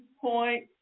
point